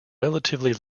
relatively